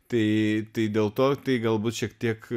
tai tai dėl to tai galbūt šiek tiek